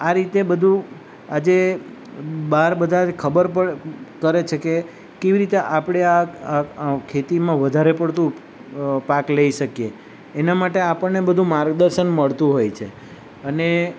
આ રીતે બધું આજે બાર બધા ખબર પ કરે છે કે કેવી રીતે આપળે આ ખેતીમાં વધારે પડતું પાક લઈ શકીએ એના માટે આપણને બધું માર્ગદર્શન મળતું હોય છે અને